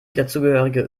dazugehörige